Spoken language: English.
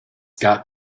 got